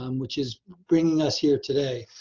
um which is bringing us here today.